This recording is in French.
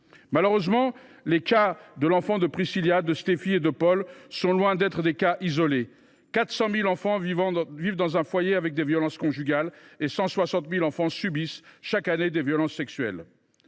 Malheureusement, les cas de l’enfant de Priscilla, de Steffy et de Paul sont loin d’être isolés : 400 000 enfants vivent dans un foyer où se produisent des violences conjugales et 160 000 enfants subissent chaque année des violences sexuelles.